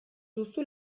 duzu